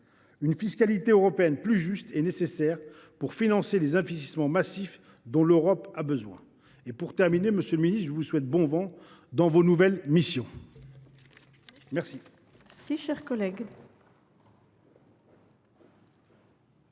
Une fiscalité européenne plus juste est nécessaire pour financer les investissements massifs dont l’Union européenne a besoin. Monsieur le ministre, je vous souhaite bon vent dans vos nouvelles missions !